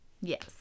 Yes